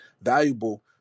valuable